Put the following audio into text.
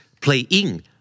playing